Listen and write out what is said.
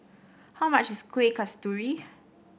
how much is Kueh Kasturi